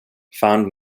found